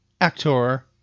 actor